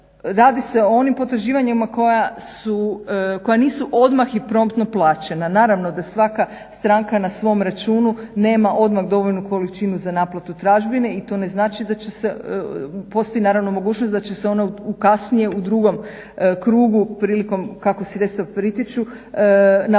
Radi se o onim potraživanjima koja nisu odmah i promptno plaćena. Naravno da svaka stranka na svom računu nema odmah dovoljnu količinu za naplatu tražbine i to ne znači da će se, postoji naravno mogućnost da će se ono kasnije u drugom krugu prilikom kako sredstva pritiču naplaćivati.